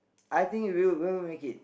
I think we will make it